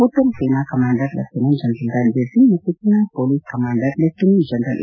ಉತ್ತರ ಸೇನಾ commander lieutenant general Ranbir Singh ಮತ್ತು Chinar police commander lieutenant general A